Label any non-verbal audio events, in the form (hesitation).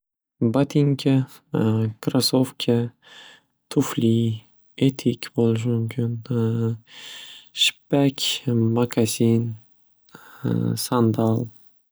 Botinka, (hesitation) krasovka, tufli, etik bo'lishi mumkin (hesitation) shippak, makasin, (hesitation) sandal.